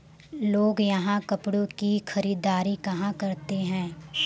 लोग यहाँ कपड़ो की खरीददारी कहाँ करते हैं